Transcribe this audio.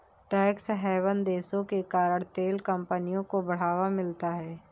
tax haven देशों के कारण तेल कंपनियों को बढ़ावा मिलता है